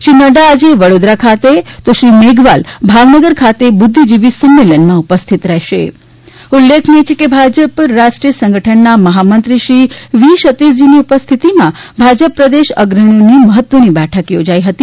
શ્રી નફા આજે વડોદરા ખાતે તો શ્રી મેઘવાત ભાવનગર ખાતે બુદ્ધીજીવ સંમેલનમાં ઉપસ્થિત રહેશે ઉલ્લેખનીય છે કે ભાજપ રાષ્ટ્રીય સંગઠનના મહામંત્રી શ્રી વી સતીષજીની ઉપસ્થિતિમાં ભાજપ પ્રદેશ અગ્રણીઓની મહત્વની બેઠક યોજાઈ હતી